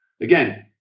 Again